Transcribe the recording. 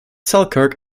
selkirk